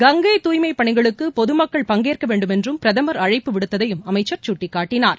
கங்கை தூய்மைப் பணிகளுக்கு பொதுமக்கள் பங்கேற்க வேண்டும் என்றும் பிரதமா் அழழப்பு விடுத்ததையும் அமைச்சர் சுட்டிக்காட்டினார்